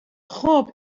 خوب